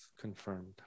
confirmed